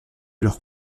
leur